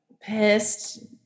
pissed